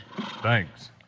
Thanks